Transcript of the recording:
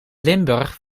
limburg